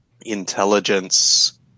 intelligence